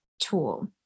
tool